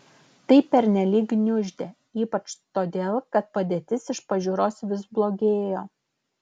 tai pernelyg gniuždė ypač todėl kad padėtis iš pažiūros vis blogėjo